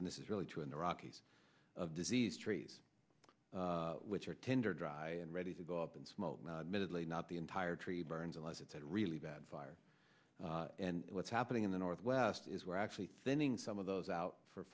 and this is really true in the rockies of disease trees which are tinder dry and ready to go up in smoke minutely not the entire tree burns unless it's a really bad fire and what's happening in the northwest is we're actually thinning some of those out for